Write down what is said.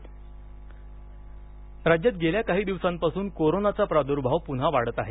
अजित पवार राज्यात गेल्या काही दिवसांपासून कोरोनाचा प्रादूर्भाव पून्हा वाढत आहे